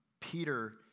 Peter